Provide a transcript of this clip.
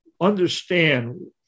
understand